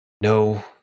No